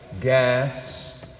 gas